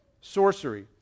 Sorcery